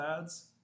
ads